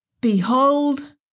Behold